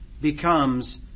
becomes